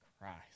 Christ